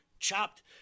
Chopped